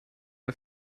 der